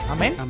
Amen